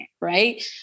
Right